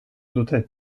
dute